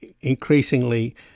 increasingly